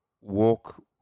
walk